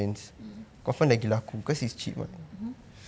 mm hmm